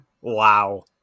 wow